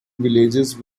villages